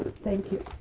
thank you.